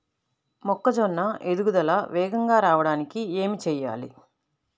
మొక్కజోన్న ఎదుగుదల వేగంగా రావడానికి ఏమి చెయ్యాలి?